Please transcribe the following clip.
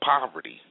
poverty